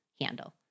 handle